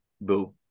Boo